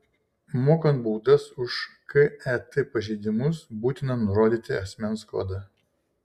mokant baudas už ket pažeidimus būtina nurodyti asmens kodą